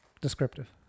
Descriptive